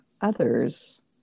others